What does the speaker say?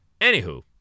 Anywho